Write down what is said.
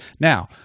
Now